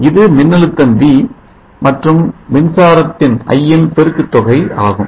இது மின்னழுத்தம் v மற்றும் மின்சாரத்தின் i பெருக்குதொகையாகும்